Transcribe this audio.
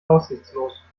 aussichtslos